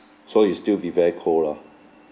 so it'll still be very cold lah